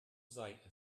sei